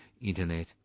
internet